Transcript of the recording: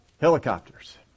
helicopters